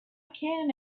can